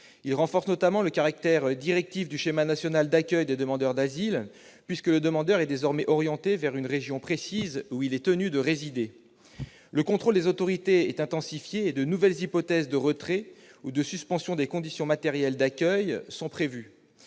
il renforce le caractère directif du schéma national d'accueil des demandeurs d'asile, puisque le demandeur sera désormais orienté vers une région précise, où il sera tenu de résider. Le contrôle des autorités est intensifié, et de nouvelles hypothèses de retrait ou de suspension des conditions matérielles d'accueil sont prévues